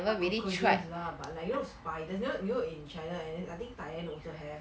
not cockroaches lah but like you know by then you know you know in china and then and then I think thailand also have